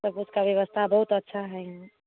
सब कुछ की व्यवस्था बहुत अच्छा है यहाँ